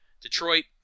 Detroit